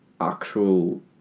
actual